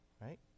Right